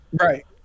Right